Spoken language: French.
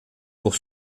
pour